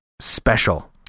special